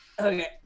okay